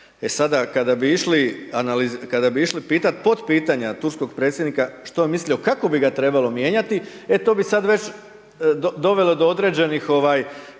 bi išli, kada bi išli pitat pod pitanja turskog predsjednika što misli o kako bi ga trebalo mijenjati, e to bi sad već dovelo do određenih